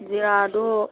ꯖꯤꯔꯥꯗꯣ